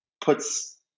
puts